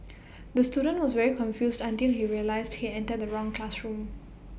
the student was very confused until he realised he entered the wrong classroom